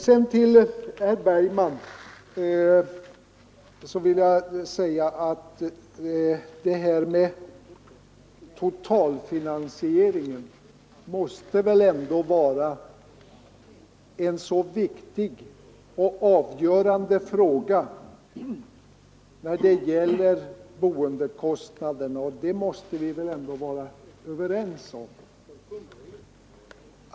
Sedan vill jag säga några ord till herr Bergman. Att totalfinansiering ändå måste vara en viktig och avgörande fråga när det gäller boendekostnaderna måste vi väl ändå vara överens om.